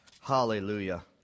Hallelujah